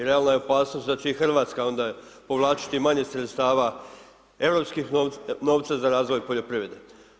Realna je opasnost da će i Hrvatska onda povlačiti manje sredstava europskim novcem za razvoj poljoprivrede.